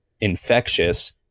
infectious